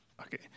okay